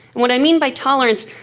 what i mean by tolerance,